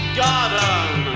garden